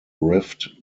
rift